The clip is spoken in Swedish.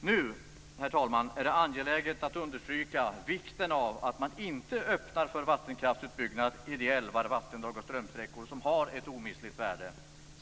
Det är nu, herr talman, angeläget att understryka vikten av att man inte öppnar för vattenkraftsutbyggnad i de älvar, vattendrag och strömsträckor som har ett omistligt värde.